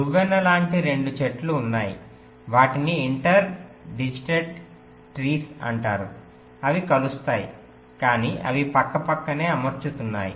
దువ్వెన లాంటి రెండు చెట్లు ఉన్నాయి వాటిని ఇంటర్ డిజిటెడ్ చెట్లు అంటారు అవి కలుస్తాయి కానీ అవి పక్కపక్కనే అమర్చుతున్నాయి